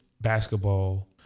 basketball